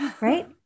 right